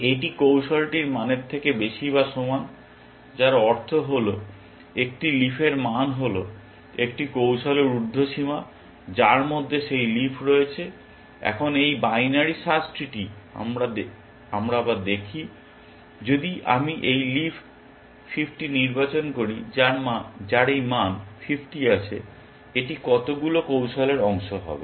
এটি কৌশলটির মানের থেকে বেশি বা সমান যার অর্থ হল একটি লিফের মান হল একটি কৌশলের উর্দ্ধসীমা যার মধ্যে সেই লিফ রয়েছে। এখন এই বাইনারি সার্চ ট্রিটি আবার দেখি যদি আমি এই লিফ 50 নির্বাচন করি যার এই মান 50 আছে এটি কতগুলি কৌশলের অংশ হবে